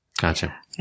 Gotcha